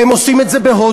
והם עושים את זה בהודו,